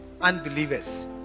unbelievers